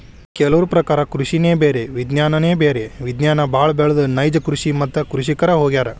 ಕೆಲವರ ಪ್ರಕಾರ ಕೃಷಿನೆ ಬೇರೆ ವಿಜ್ಞಾನನೆ ಬ್ಯಾರೆ ವಿಜ್ಞಾನ ಬಾಳ ಬೆಳದ ನೈಜ ಕೃಷಿ ಮತ್ತ ಕೃಷಿಕರ ಹೊಗ್ಯಾರ